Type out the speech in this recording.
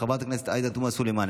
חברת הכנסת עאידה תומא סלימאן,